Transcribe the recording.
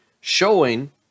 showing